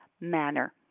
manner